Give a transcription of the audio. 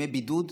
ימי בידוד,